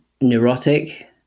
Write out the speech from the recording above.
neurotic